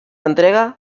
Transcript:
entrega